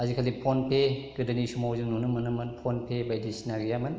आजिखालि फन पे गोदोनि समावहाय जों नुनो मोनोमोन फन पे बायदिसिना गैयामोन